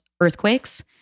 earthquakes